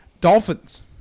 Dolphins